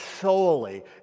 solely